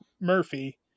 Murphy